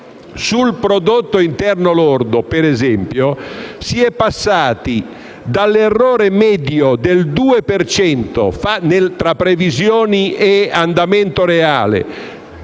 Sul prodotto interno lordo - per esempio - si è passati dall'errore medio del 2 per cento tra previsioni e andamento reale